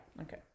Okay